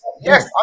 Yes